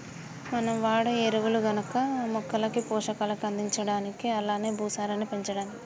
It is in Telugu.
మనం వాడే ఎరువులు గనక మొక్కలకి పోషకాలు అందించడానికి అలానే భూసారాన్ని పెంచడా